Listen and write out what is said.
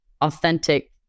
authentic